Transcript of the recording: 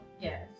Yes